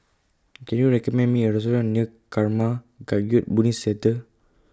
Can YOU recommend Me A Restaurant near Karma Kagyud Buddhist Centre